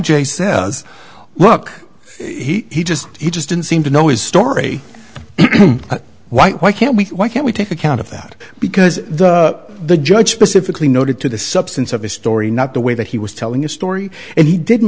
a says look he just he just didn't seem to know is story white why can't we can we take account of that because the judge specifically noted to the substance of his story not the way that he was telling a story and he didn't